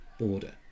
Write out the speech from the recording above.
border